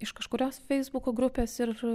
iš kažkurios feisbuko grupės ir